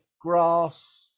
grass